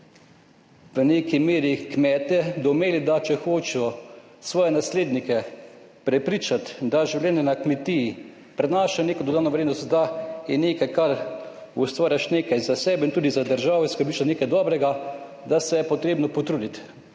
v neki meri kmetje doumeli, da če hočejo svoje naslednike prepričati, da življenje na kmetiji prinaša neko dodano vrednost, da je nekaj, kar ustvarjaš, nekaj za sebe in tudi za državo in skrbiš za nekaj dobrega, da se je potrebno potruditi,